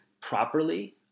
properly